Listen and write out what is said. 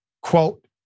quote